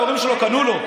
ההורים שלו קנו לו.